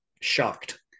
shocked